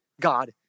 God